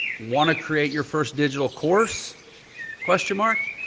want to create your first digital course question mark.